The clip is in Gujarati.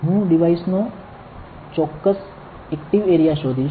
હું ડિવાઇસનો ચોક્કસ ઍક્ટિવ એરિયા શોધીશ